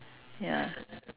ya